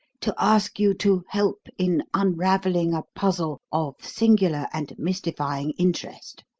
to ask you to help in unravelling a puzzle of singular and mystifying interest.